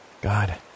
God